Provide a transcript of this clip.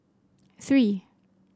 three